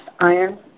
iron